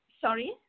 sorry